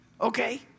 Okay